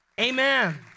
Amen